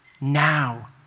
now